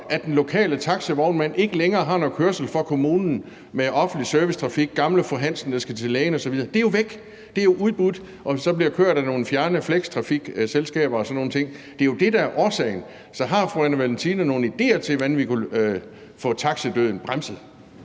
at den lokale taxivognmand ikke længere har noget kørsel for kommunen med offentlig servicetrafik – gamle fru Hansen, der skal til lægen osv. – for det er jo væk, det er udbudt, og det bliver kørt af nogle fjerne flextrafikselskaber og sådan nogle ting. Det er jo det, der er årsagen. Så har fru Anna Valentina Berthelsen nogle idéer til, hvordan vi kunne få taxidøden bremset?